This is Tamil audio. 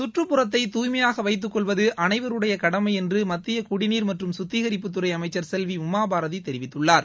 கற்றப்புறத்தை துய்மையாக வைத்துக்கொள்வது அனைவருடைய கடமை என்று மத்திய குடிநீர் மற்றும் சுத்திகரிப்புத் துறை அமைச்சர் செல்வி உமாபாரதி தெரிவித்துள்ளார்